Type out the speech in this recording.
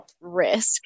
risk